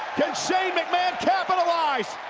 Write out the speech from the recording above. can shane mcmahon capitalize?